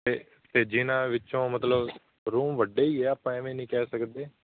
ਅਤੇ ਜਿਹਨਾਂ ਵਿੱਚੋਂ ਮਤਲਬ ਰੂਮ ਵੱਡੇ ਹੀ ਆ ਆਪਾਂ ਐਵੇਂ ਨਹੀਂ ਕਹਿ ਸਕਦੇ